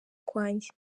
kwanjye